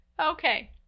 Okay